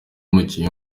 umukinnyi